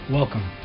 welcome